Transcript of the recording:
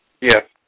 Yes